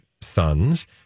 sons